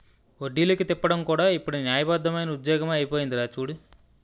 వడ్డీలకి తిప్పడం కూడా ఇప్పుడు న్యాయబద్దమైన ఉద్యోగమే అయిపోందిరా చూడు